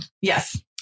Yes